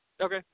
Okay